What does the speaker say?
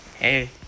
Hey